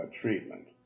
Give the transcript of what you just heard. treatment